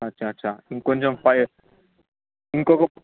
అచ్చ అచ్చ ఇంకొంచెం పై ఇంకొక